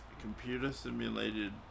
computer-simulated